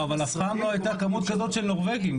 אבל אף פעם לא הייתה כמות כזאת של נורבגים.